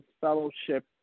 fellowship